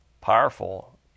powerful